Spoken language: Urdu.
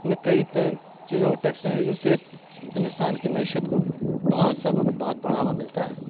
میں کئی چیزوں کے ٹیکس سے اس سے ہندوستان کی معیشت کو بہت سب بہت بڑھاوا ملتا ہے